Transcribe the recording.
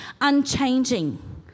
unchanging